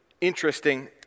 interesting